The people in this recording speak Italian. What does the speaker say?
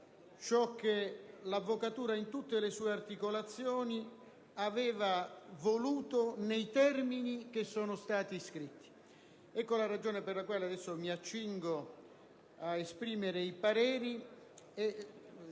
ciò che l'avvocatura, in tutte le sue articolazioni, aveva voluto nei termini che sono stati scritti. La ragione per la quale i pareri che esprimerò saranno